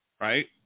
right